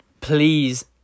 please